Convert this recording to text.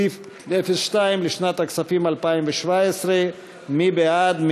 על סעיף 02 לשנת הכספים 2017. מי בעד?